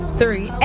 three